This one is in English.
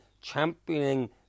championing